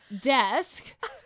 desk